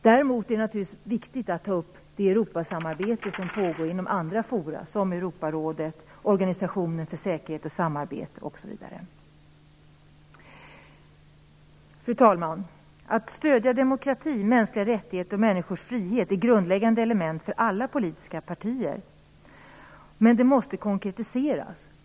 Däremot är det naturligtvis viktigt att ta upp det Europasamarbete som pågår inom andra forum, såsom Europarådet och Organisationen för säkerhet och samarbete osv. Fru talman! Att stödja demokrati, mänskliga rättigheter och människors frihet är grundläggande element för alla politiska partier. Men de måste konkretiseras.